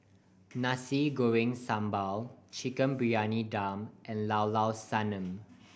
Nasi Goreng Sambal Chicken Briyani Dum and Llao Llao Sanum